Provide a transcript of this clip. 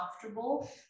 comfortable